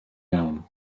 iawn